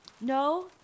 No